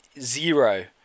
zero